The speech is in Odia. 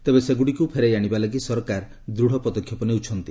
ତେବେ ସେଗୁଡ଼ିକୁ ଫେରାଇ ଆଣିବା ଲାଗି ସରକାର ଦୂଡ଼ ପଦକ୍ଷେପ ନେଉଛନ୍ତି